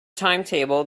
timetable